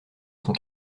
son